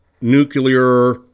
nuclear